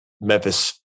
Memphis